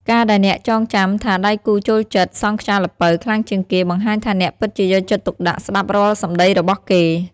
ការដែលអ្នកចងចាំថាដៃគូចូលចិត្ត "សង់ខ្យាល្ពៅ" ខ្លាំងជាងគេ បង្ហាញថាអ្នកពិតជាយកចិត្តទុកដាក់ស្ដាប់រាល់សម្ដីរបស់គេ។